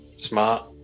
Smart